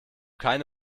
keine